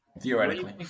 Theoretically